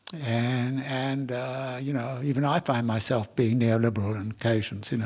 and and you know even i find myself being neoliberal on occasions, you know